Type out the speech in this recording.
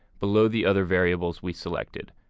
below the other variables we selected.